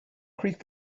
creek